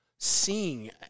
seeing